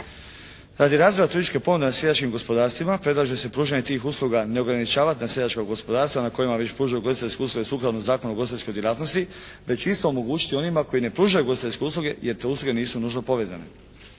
turističke ponude na seljačkim gospodarstvima predlaže se pružanje tih usluga ne ograničavati na seljačka gospodarstva na kojima već pružaju ugostiteljske usluge sukladno Zakonu o ugostiteljskoj djelatnosti, već isto omogućiti onima koji ne pružaju ugostiteljske usluge jer te usluge nisu nužno povezane.